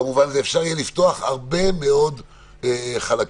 כך אפשר יהיה לפתוח הרבה מאוד חלקים.